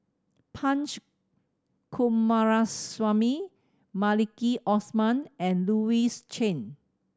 Punch Coomaraswamy Maliki Osman and Louis Chen